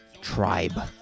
Tribe